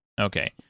Okay